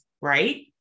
right